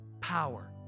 power